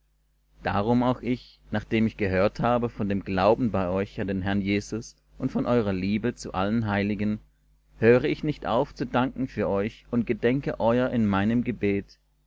darum auch ich nachdem ich gehört habe von dem glauben bei euch an den herrn jesus und von eurer liebe zu allen heiligen höre ich nicht auf zu danken für euch und gedenke euer in meinem gebet